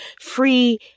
free